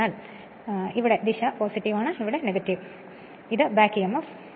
അതിനാൽ അതിനർത്ഥം നിങ്ങൾ അതിലേക്ക് നോക്കുകയാണെങ്കിൽ ഇതാണ് ദിശ ഇതാണ് ഇതാണ് എന്റെ ബാക്ക് emf Eb